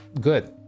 good